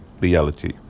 reality